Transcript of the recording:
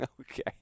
Okay